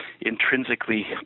intrinsically